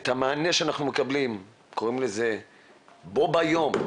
את המענה שאנחנו מקבלים, קוראים לזה בו ביום.